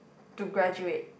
to graduate